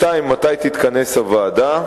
2. מתי תתכנס הוועדה,